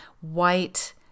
white